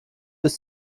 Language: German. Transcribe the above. ist